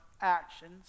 actions